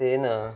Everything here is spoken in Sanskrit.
तेन